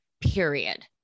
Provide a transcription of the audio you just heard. period